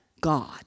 God